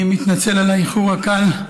אני מתנצל על האיחור הקל.